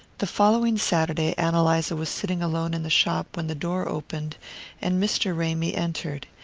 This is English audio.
the following saturday ann eliza was sitting alone in the shop when the door opened and mr. ramy entered.